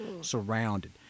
surrounded